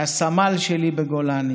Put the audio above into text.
שהיה סמל שלי בגולני